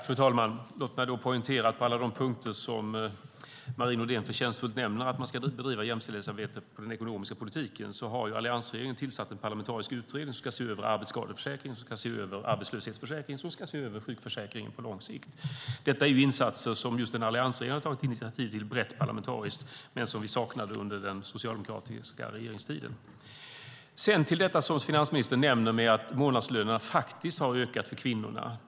Fru talman! Låt mig poängtera att när det gäller alla de punkter Marie Nordén förtjänstfullt nämner för hur man ska bedriva jämställdhetsarbete i den ekonomiska politiken har alliansregeringen tillsatt en parlamentarisk utredning. Den ska se över arbetsskadeförsäkringen, arbetslöshetsförsäkringen och sjukförsäkringen på lång sikt. Detta är insatser som just en alliansregering har tagit initiativ till, brett parlamentariskt, men som vi saknade under den socialdemokratiska regeringstiden. Sedan till det finansministern nämner, att månadslönerna faktiskt har ökat för kvinnorna.